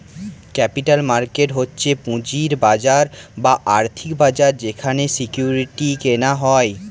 capital market হচ্ছে পুঁজির বাজার বা আর্থিক বাজার যেখানে সিকিউরিটি কেনা হয়